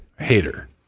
hater